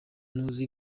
ntuzi